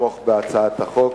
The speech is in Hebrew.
לתמוך בהצעת החוק.